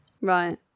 right